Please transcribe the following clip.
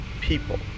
people